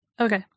Okay